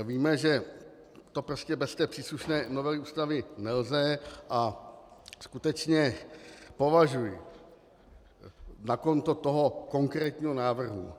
Víme, že to prostě bez té příslušné novely Ústavy nelze, a skutečně považuji na konto toho konkrétního návrhu...